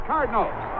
Cardinals